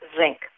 zinc